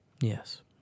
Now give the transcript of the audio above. Yes